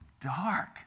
dark